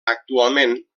actualment